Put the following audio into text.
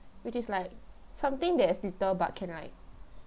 which is like something that's little but can like